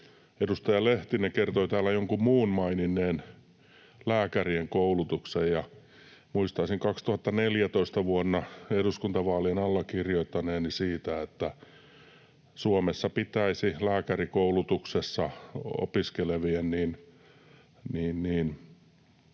Edustaja Lehtinen kertoi täällä jonkun muun maininneen lääkärien koulutuksen, ja muistan vuonna 2014 eduskuntavaalien alla kirjoittaneeni siitä, että Suomessa pitäisi lääkärikoulutuksessa opiskelevien